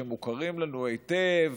שמוכרים לנו היטב,